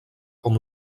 com